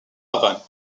havane